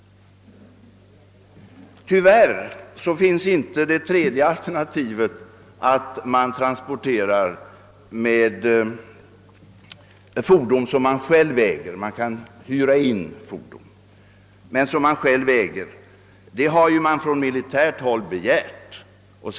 Tyvärr finns inte det tredje alternativet, d.v.s. att man transporterar med fordon som man själv äger; man kan däremot hyra fordon. Man har från militärt håll begärt egna fordon.